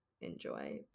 enjoy